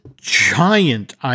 giant